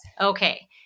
Okay